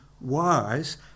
wise